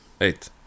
Eight